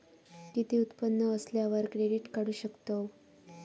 किती उत्पन्न असल्यावर क्रेडीट काढू शकतव?